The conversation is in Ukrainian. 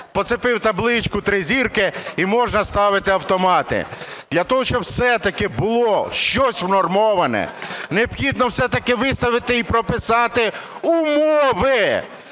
почепив табличку "три зірки" і можна ставити автомати. Для того, щоб все-таки було щось внормоване, необхідно все-таки виставити і прописати умови.